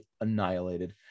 annihilated